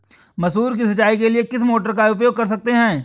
मसूर की सिंचाई के लिए किस मोटर का उपयोग कर सकते हैं?